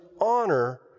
honor